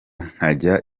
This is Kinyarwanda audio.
nkajya